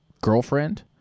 girlfriend